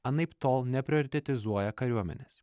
anaiptol neprioritetizuoja kariuomenės